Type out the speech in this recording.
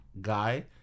guy